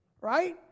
right